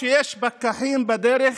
פקחים בדרך